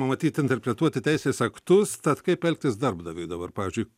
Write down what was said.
matyt interpretuoti teisės aktus tad kaip elgtis darbdaviui dabar pavyzdžiui